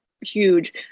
huge